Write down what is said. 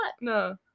No